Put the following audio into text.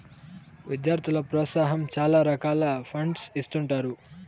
విద్యార్థుల ప్రోత్సాహాం కోసం చాలా రకాల ఫండ్స్ ఇత్తుంటారు